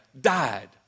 died